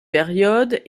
période